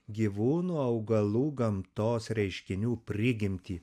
gyvūnų augalų gamtos reiškinių prigimtį